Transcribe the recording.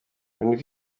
rooney